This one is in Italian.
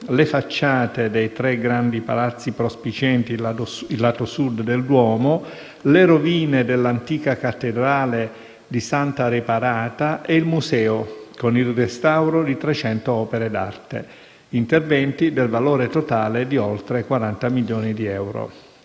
le facciate dei tre grandi palazzi prospicienti il lato sud del Duomo, le rovine dell'antica cattedrale di Santa Reparata e il museo, con il restauro di trecento opere d'arte; interventi del valore totale di oltre 40 milioni di euro.